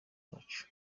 wacu